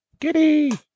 Giddy